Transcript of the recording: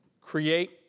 create